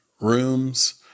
rooms